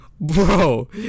Bro